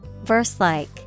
Verse-like